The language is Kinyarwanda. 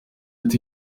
ati